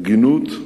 הגינות ומנהיגות,